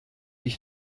ich